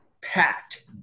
packed